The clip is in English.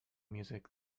music